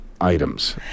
items